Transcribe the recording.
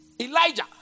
Elijah